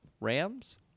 Rams